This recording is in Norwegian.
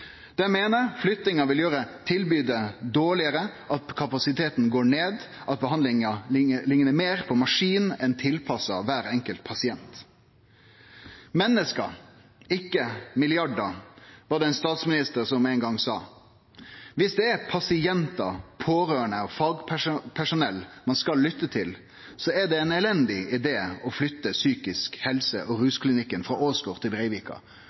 Dei meiner at flyttinga vil gjere tilbodet dårlegare, at kapasiteten går ned, og at behandlinga liknar meir på ein maskin enn på å vere tilpassa kvar enkelt pasient. «Mennesker, ikke milliarder», var det ein statsminister som ein gong sa. Viss det er pasientar, pårørande og fagpersonell ein skal lytte til, er det ein elendig idé å flytte psykisk helse- og rusklinikken frå Åsgård til Breivika.